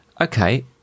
okay